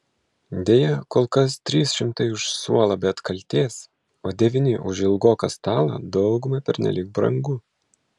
deja kol kas trys šimtai už suolą be atkaltės o devyni už ilgoką stalą daugumai pernelyg brangu